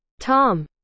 Tom